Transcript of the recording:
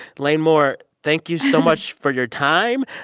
lane moore, thank you so much for your time.